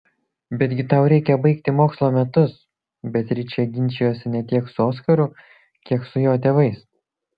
betgi tau reikia baigti mokslo metus beatričė ginčijosi ne tiek su oskaru kiek su jo tėvais